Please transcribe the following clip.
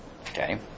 Okay